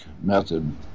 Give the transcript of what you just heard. method